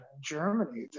Germany